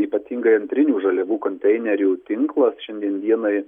ypatingai antrinių žaliavų konteinerių tinklas šiandien dienai